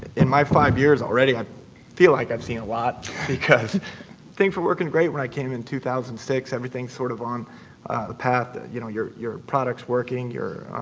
in my five years already i feel like i've seen a lot because things were working great when i came in two thousand and six. everything's sort of on the path. you know your your product's working, you're